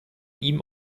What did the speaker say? ihm